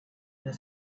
the